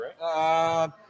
right